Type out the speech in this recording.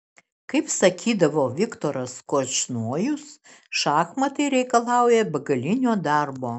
kaip sakydavo viktoras korčnojus šachmatai reikalauja begalinio darbo